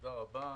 תודה רבה.